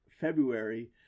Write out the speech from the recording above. February